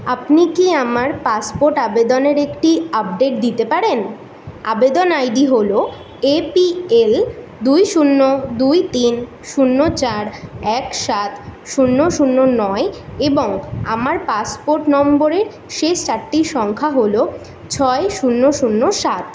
আপনি কি আমার পাসপোর্ট আবেদনের একটি আপডেট দিতে পারেন আবেদন আইডি হল এপিএল দুই শূন্য দুই তিন শূন্য চার এক সাত শূন্য শূন্য নয় এবং আমার পাসপোর্ট নম্বরের শেষ চারটি সংখ্যা হল ছয় শূন্য শূন্য সাত